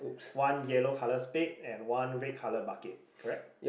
one yellow colour spade and one red colour bucket